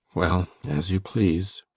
well as you please.